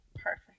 Perfect